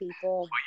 people